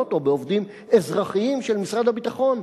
או בעובדים אזרחיים של משרד הביטחון.